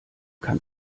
kann